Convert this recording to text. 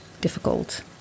difficult